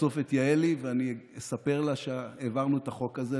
אז אני אאסוף את יעלי ואני אספר לה שהעברנו את החוק הזה,